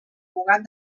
cugat